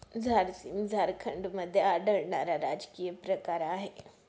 झारसीम झारखंडमध्ये आढळणारा राजकीय प्रकार आहे